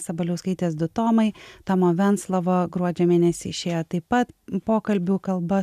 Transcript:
sabaliauskaitės du tomai toma venclova gruodžio mėnesį išėjo taip pat pokalbių kalba